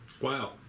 Wow